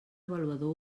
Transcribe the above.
avaluador